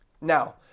Now